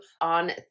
on